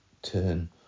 turn